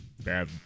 bad